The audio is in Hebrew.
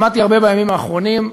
שמעתי הרבה בימים האחרונים,